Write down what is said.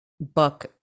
book